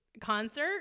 concert